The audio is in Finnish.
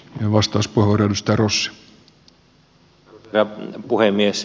arvoisa herra puhemies